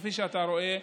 כפי שאתה רואה,